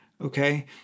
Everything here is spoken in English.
Okay